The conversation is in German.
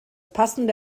passende